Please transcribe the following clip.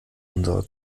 unserer